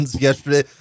yesterday